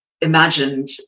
imagined